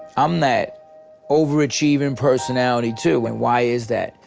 i'm that overachieving personality too, and why is that?